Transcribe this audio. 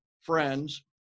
friends